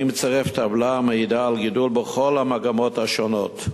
מצרף טבלה המעידה על גידול בכל המגמות השונות.